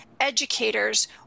educators